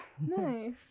Nice